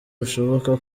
bishoboka